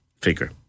figure